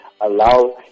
allow